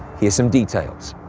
here's some details.